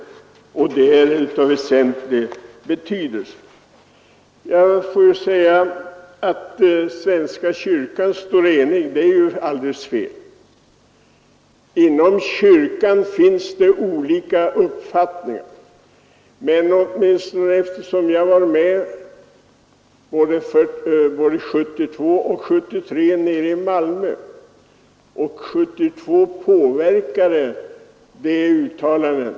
Det är av väsentlig betydelse. Att den svenska kyrkan står enig, det är ju alldeles fel. Inom kyrkan finns det olika uppfattningar. Jag var med vid konferenserna i Malmö 1972 och 1973 och påverkade åtminstone 1972 de uttalanden som gjordes.